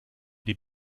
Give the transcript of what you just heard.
die